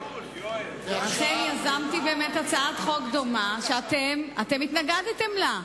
אכן באמת יזמתי הצעת חוק דומה שאתם התנגדתם לה.